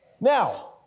Now